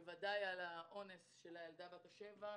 ודאי על האונס של הילדה בת ה-7,